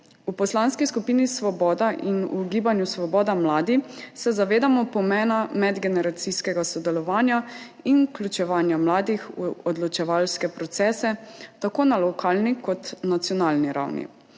V Poslanski skupini Svoboda in v Gibanju Svoboda Mladi se zavedamo pomena medgeneracijskega sodelovanja in vključevanja mladih v odločevalske procese tako na lokalni kot nacionalni ravni.